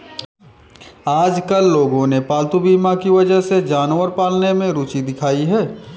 आजकल लोगों ने पालतू बीमा की वजह से जानवर पालने में रूचि दिखाई है